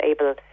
able